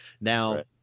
Now